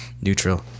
neutral